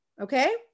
Okay